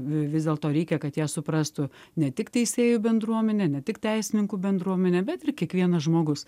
vis dėlto reikia kad ją suprastų ne tik teisėjų bendruomenė ne tik teisininkų bendruomenė bet ir kiekvienas žmogus